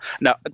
Now